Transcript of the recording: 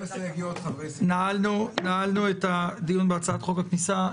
נעלנו את הדיון בהצעת חוק הכניסה.